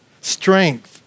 strength